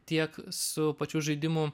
tiek su pačių žaidimų